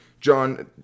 John